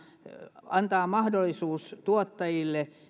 antaa mahdollisuus tuottajille